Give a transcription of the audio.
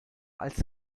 als